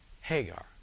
Hagar